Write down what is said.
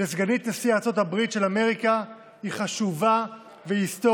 לסגנית נשיא ארצות הברית של אמריקה היא חשובה והיסטורית,